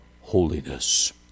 holiness